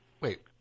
Wait